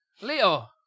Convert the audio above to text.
Leo